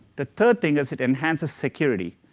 the third thing is it enhances security.